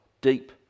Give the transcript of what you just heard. deep